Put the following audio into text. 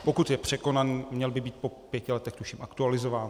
Pokud je překonaný, měl by být po pěti letech, tuším, aktualizován.